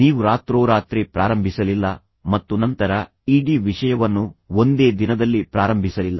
ನೀವು ರಾತ್ರೋರಾತ್ರಿ ಪ್ರಾರಂಭಿಸಲಿಲ್ಲ ಮತ್ತು ನಂತರ ಇಡೀ ವಿಷಯವನ್ನು ಒಂದೇ ದಿನದಲ್ಲಿ ಪ್ರಾರಂಭಿಸಲಿಲ್ಲ